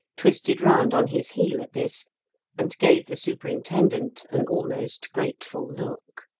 twisted round on his heel at this and gave the superintendent an almost grateful look.